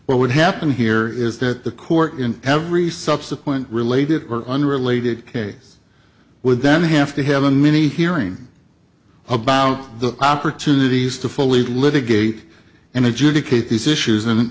what would happen here is that the court in every subsequent related or unrelated case would then have to have a mini hearing about the opportunities to fully litigate and adjudicate these issues and